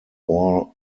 ore